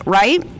right